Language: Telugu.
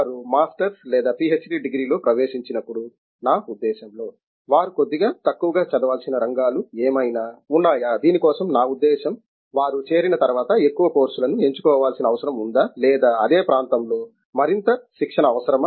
వారు మాస్టర్స్ లేదా పిహెచ్డి డిగ్రీలోకి ప్రవేశించినప్పుడు నా ఉద్దేశ్యంలో వారు కొద్దిగా తక్కువగా చదవాల్సిన రంగాలు ఏమైనా ఉన్నాయా దీని కోసం నా ఉద్దేశ్యం వారు చేరిన తరువాత ఎక్కువ కోర్సులను ఎంచుకోవాల్సిన అవసరం ఉందా లేదా అధే ప్రాంతాల్లో మరింత శిక్షణ అవసరమా